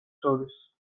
შორის